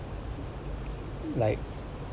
like